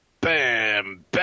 Bam